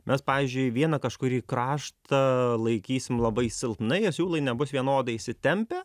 mes pavyzdžiui vieną kažkurį kraštą laikysim labai silpnai jie siūlai nebus vienodai įsitempę